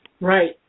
Right